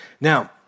Now